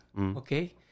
okay